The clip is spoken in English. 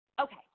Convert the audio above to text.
Okay